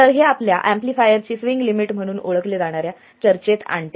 तर हे आपल्याला एम्पलीफायर ची स्विंग लिमिट म्हणून ओळखले जाणाऱ्या चर्चेत आणते